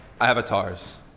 avatars